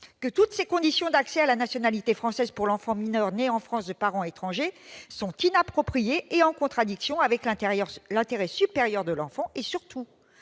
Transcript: que toutes ces conditions d'accès à la nationalité française pour l'enfant mineur né en France de parents étrangers sont inappropriées, en contradiction avec l'intérêt supérieur de l'enfant et, surtout,